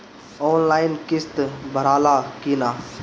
Online किस्त भराला कि ना?